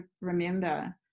remember